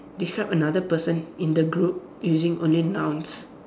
describe another person in the group using only nouns